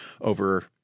over